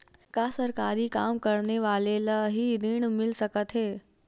का सरकारी काम करने वाले ल हि ऋण मिल सकथे?